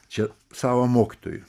čia savo mokytojui